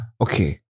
okay